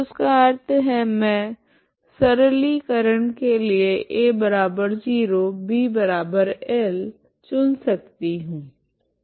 तो इसका अर्थ है मैं सरलीकरण के लिए a0bL चुन सकती हूँ